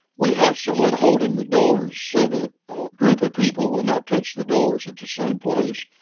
we have someone holding the doors so that a group of people will not touch the doors at the same place.